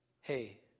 hey